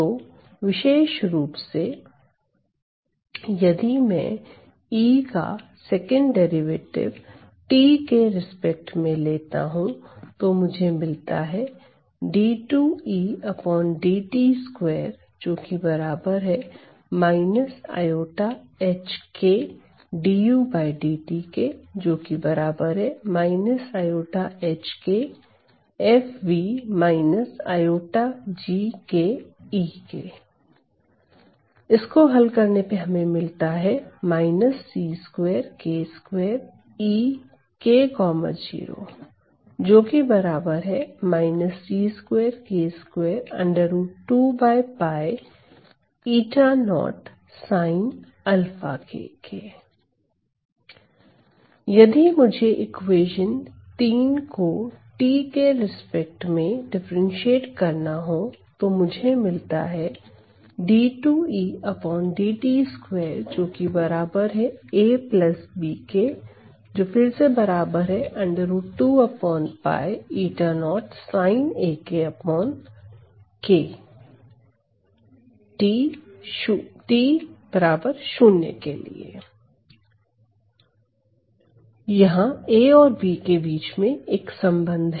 तो विशेष रूप से यदि में E का सेकंड डेरिवेटिव t के रिस्पेक्ट में लेता हूं तो मुझे मिलता है यदि मुझे इक्वेशन 3 को t के रिस्पेक्ट डिफरेंटशिएट करना हो तो मुझे मिलता है यह A और B के बीच एक संबंध है